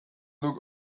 look